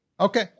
Okay